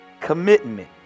Commitment